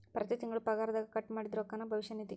ಪ್ರತಿ ತಿಂಗಳು ಪಗಾರದಗ ಕಟ್ ಮಾಡಿದ್ದ ರೊಕ್ಕಾನ ಭವಿಷ್ಯ ನಿಧಿ